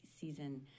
season